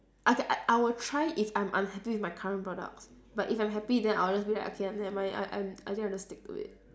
okay I I will try if I'm unhappy with my current products but if I'm happy then I'll just be like okay nev~ never mind I I'm I think I'll just stick to it